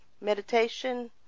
meditation